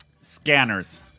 Scanners